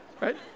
Right